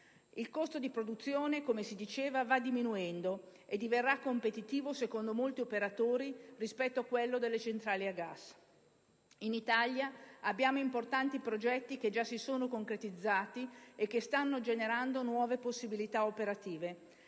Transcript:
Il costo di produzione, come si diceva, va diminuendo e diverrà competitivo, secondo molti operatori, rispetto a quello delle centrali a gas. In Italia abbiamo importanti progetti che già si sono concretizzati e che stanno generando nuove possibilità operative.